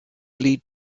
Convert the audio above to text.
lead